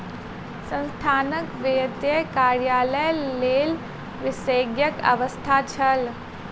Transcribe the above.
संस्थानक वित्तीय कार्यक लेल विशेषज्ञक आवश्यकता छल